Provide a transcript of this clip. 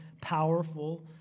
powerful